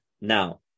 Now